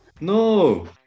No